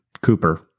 Cooper